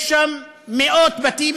יש שם מאות בתים,